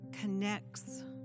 connects